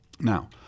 Now